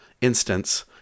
instance